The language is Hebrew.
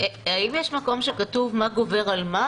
האם יש מקום שכתוב מה גובר על מה?